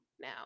now